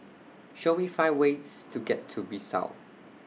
Show Me five ways to get to Bissau